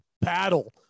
battle